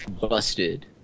Busted